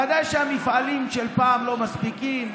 ודאי שהמפעלים של פעם לא מספיקים.